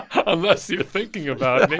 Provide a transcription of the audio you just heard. unless you're thinking about.